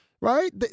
right